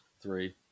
Three